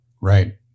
Right